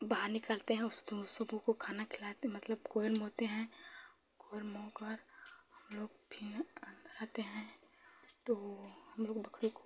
बाहर निकालते हैं उन सबों को खाना खिलाते मतलब हैं कर हमलोग फिर आते हैं तो हमलोग बकरी को